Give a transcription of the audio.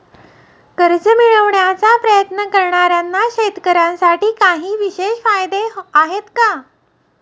कर्ज मिळवण्याचा प्रयत्न करणाऱ्या शेतकऱ्यांसाठी काही विशेष फायदे आहेत का?